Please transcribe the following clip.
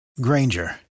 Granger